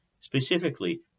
Specifically